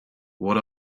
what